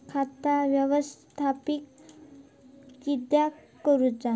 खाता व्यवस्थापित किद्यक करुचा?